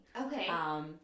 Okay